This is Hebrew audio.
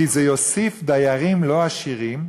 כי זה יוסיף דיירים לא עשירים,